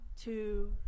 two